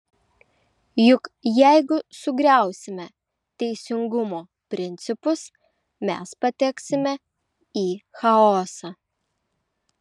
juk jeigu sugriausime teisingumo principus mes pateksime į chaosą